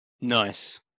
Nice